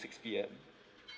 six P_M